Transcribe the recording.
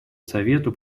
совету